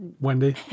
Wendy